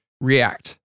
react